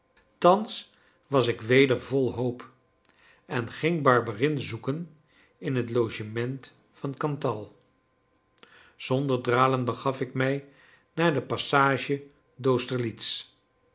thans was ik weder vol hoop en ik ging barberin zoeken in het logement van cantal zonder dralen begaf ik mij naar de passage